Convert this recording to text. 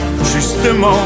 Justement